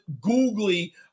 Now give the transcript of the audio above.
googly